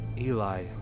Eli